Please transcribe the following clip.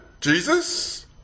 Jesus